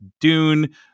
Dune